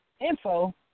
info